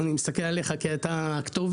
אני מסתכל עליך כי אתה הכתובת.